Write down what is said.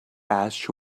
ash